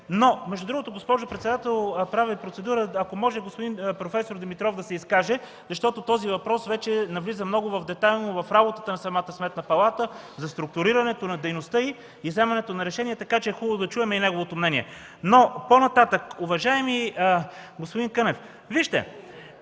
Между другото, госпожо председател, правя процедура, ако може, проф. Димитров да се изкаже, защото този въпрос вече навлиза много детайлно в работата на самата Сметна палата – за структурирането на дейността й и вземането на решения, така че е хубаво да чуем и неговото мнение. Уважаеми господин Кънев, вижте…